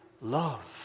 love